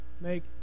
make